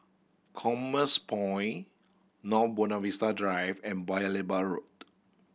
Commerce Point North Buona Vista Drive and Paya Lebar Road